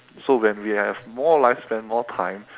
so when we have more lifespan more time